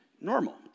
normal